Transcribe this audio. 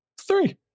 three